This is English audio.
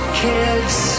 kids